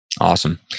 Awesome